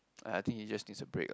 uh I just think he needs a break ah